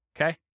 okay